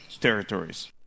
territories